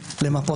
אמרתי לכם,